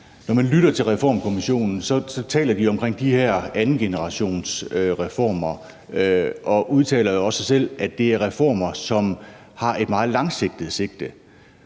når man lytter til Reformkommissionen, taler de om de her andengenerationsreformer og udtaler jo også, at det er reformer, som har et meget langsigtet